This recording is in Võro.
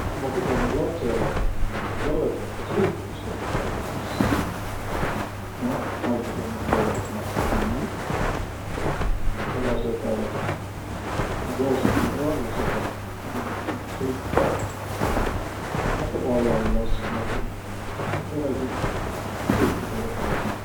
Ku ma pidänüq latsõlõ jalgrattasõitmist oppama, sis noh, algusõh ma hoia timäst kinniq ja lasõ täl, noh, joosõ kõrval, lasõ täl sõitaq. A sis nakka vallalõ laskma ja peräkõrd sõitki joba tä esiq.